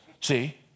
See